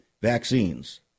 vaccines